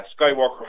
Skywalker